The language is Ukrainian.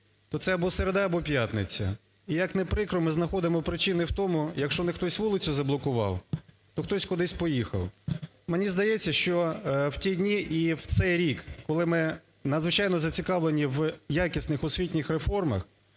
то це або середа, або п'ятниця. І, як не прикро, ми знаходимо причини в тому, якщо не хтось вулицю заблокував, то хтось кудись поїхав. Мені здається, що в ті дні і в цей рік, коли ми надзвичайно зацікавлені в якісних освітніх реформах,